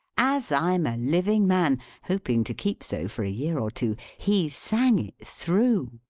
as i'm a living man hoping to keep so, for a year or two he sang it through.